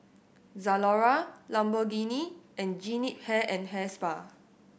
Zalora Lamborghini and Jean Yip Hair and Hair Spa